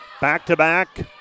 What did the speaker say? back-to-back